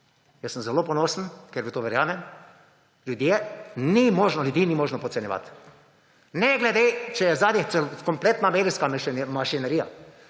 Jaz sem zelo ponosen, ker v to verjamem. Ljudi ni možno podcenjevati. Ne glede, če je od zadaj kompletna medijska mašinerija